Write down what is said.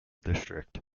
district